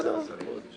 בנושא הזה, נכון?